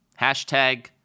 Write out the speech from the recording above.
Hashtag